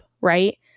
Right